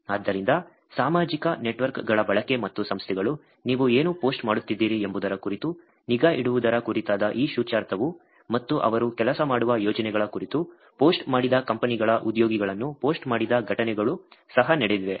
ಆದ್ದರಿಂದ ಸಾಮಾಜಿಕ ನೆಟ್ವರ್ಕ್ಗಳ ಬಳಕೆ ಮತ್ತು ಸಂಸ್ಥೆಗಳು ನೀವು ಏನು ಪೋಸ್ಟ್ ಮಾಡುತ್ತಿದ್ದೀರಿ ಎಂಬುದರ ಕುರಿತು ನಿಗಾ ಇಡುವುದರ ಕುರಿತಾದ ಈ ಸೂಚ್ಯಾರ್ಥವು ಮತ್ತು ಅವರು ಕೆಲಸ ಮಾಡುವ ಯೋಜನೆಗಳ ಕುರಿತು ಪೋಸ್ಟ್ ಮಾಡಿದ ಕಂಪನಿಗಳ ಉದ್ಯೋಗಿಗಳನ್ನು ಪೋಸ್ಟ್ ಮಾಡಿದ ಘಟನೆಗಳು ಸಹ ನಡೆದಿವೆ